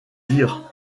dire